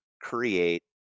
create